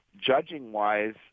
judging-wise